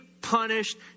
punished